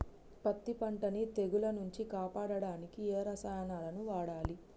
పత్తి పంటని తెగుల నుంచి కాపాడడానికి ఏ రసాయనాలను వాడాలి?